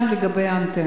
גם אני שואלת לגבי האנטנות.